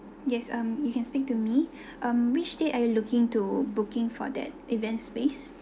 yes um you can speak to me um which date are you looking to booking for that event space